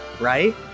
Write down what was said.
right